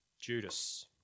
Judas